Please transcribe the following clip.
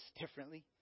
differently